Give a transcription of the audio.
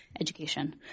education